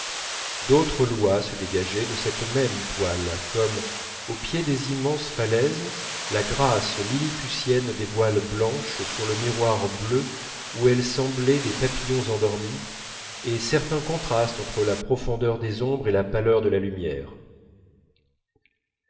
d'autres lois se dégageaient de cette même toile comme au pied des immenses falaises la grâce lilliputienne des voiles blanches sur le miroir bleu où elles semblaient des papillons endormis et certains contrastes entre la profondeur des ombres et la pâleur de la lumière